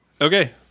Okay